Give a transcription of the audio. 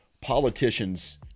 politicians